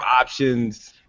options